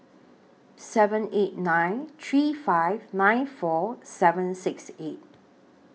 seven eight nine three five nine four seven six eight